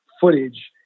footage